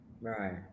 Right